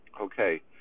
Okay